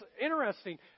interesting